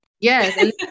Yes